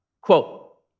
Quote